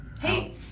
Hey